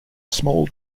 small